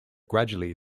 gradually